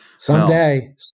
Someday